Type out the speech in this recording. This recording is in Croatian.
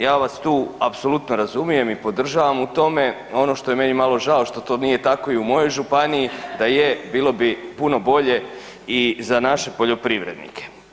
Ja vas tu apsolutno razumijem i podržavam u tome, ono što je meni malo žao što to nije tako i u mojoj županiji, da je bilo bi puno bolje i za naše poljoprivrednike.